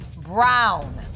Brown